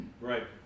Right